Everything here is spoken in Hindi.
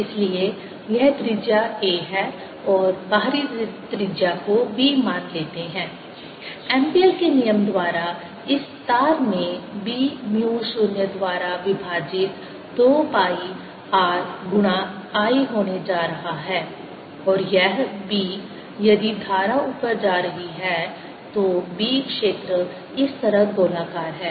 इसलिए यह त्रिज्या a है और बाहरी त्रिज्या को b मान लेते हैं एम्पीयर के नियम Ampere's law द्वारा इस तार में b म्यू 0 द्वारा विभाजित 2 पाई r गुणा I होने जा रहा है और यह b यदि धारा ऊपर जा रही है तो b क्षेत्र इस तरह गोलाकार है